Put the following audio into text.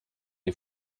des